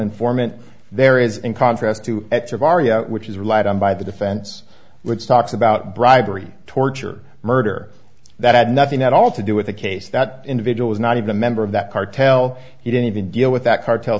informant there is in contrast to which is relied on by the defense which talks about bribery torture murder that had nothing at all to do with the case that individual was not even a member of that cartel he didn't even go with that cartel